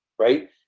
Right